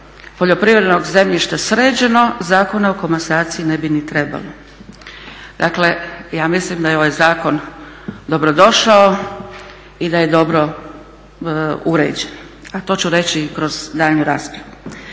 poljoprivrednog zemljišta sređeno, Zakona o komasaciji ne bi ni trebalo. Dakle ja mislim da je ovaj zakon dobrodošao i da je dobro uređen a to ću reći i kroz daljnju raspravu.